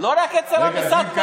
לא רק אצל הסאטמרים,